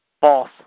False